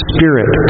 Spirit